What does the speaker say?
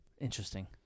interesting